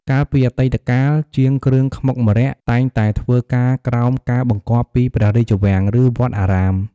កាលពីអតីតកាល ជាងគ្រឿងខ្មុកម្រ័ក្សណ៍តែងតែធ្វើការក្រោមការបង្គាប់ពីព្រះរាជវាំង ឬវត្តអារាម។